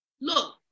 look